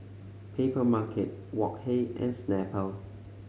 Papermarket Wok Hey and Snapple